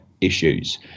issues